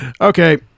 Okay